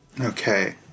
Okay